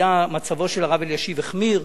מצבו של הרב אלישיב החמיר,